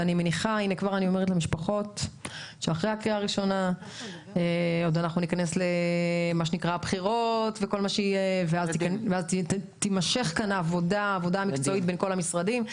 אני מניחה שאחרי הקריאה הראשונה תימשך העבודה המקצועית בין כל המשרדים.